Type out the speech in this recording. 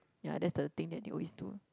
yea that's the thing that they always do